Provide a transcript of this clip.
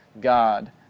God